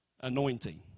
anointing